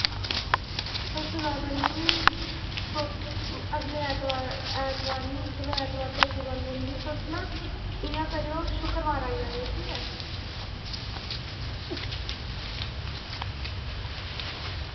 तुस जैदा निं तु अगले ऐतबार ऐतबार निं चलो ऐतबार ते हट्टी बंद होंदी तुस ना इयां करेओ शुक्रबार आई जाएओ ठीक ऐ